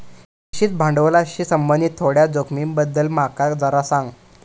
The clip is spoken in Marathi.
निश्चित भांडवलाशी संबंधित थोड्या जोखमींबद्दल माका जरा सांग